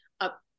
up